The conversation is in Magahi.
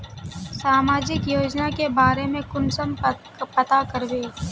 सामाजिक योजना के बारे में कुंसम पता करबे?